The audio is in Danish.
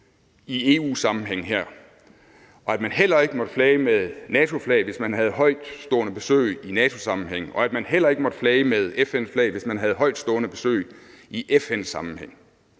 i EU-sammenhæng her, og at man heller ikke måtte flage med NATO-flaget, hvis man havde højtstående besøg i NATO-sammenhæng, og at man heller ikke måtte flage med FN-flag, hvis man havde højtstående besøg i FN-sammenhæng.